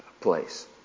place